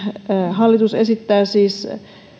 hallitus esittää siis